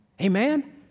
Amen